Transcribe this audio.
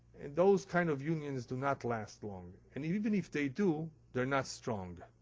and those kind of unions do not last long. and even if they do, they're not strong.